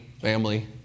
family